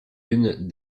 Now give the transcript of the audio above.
une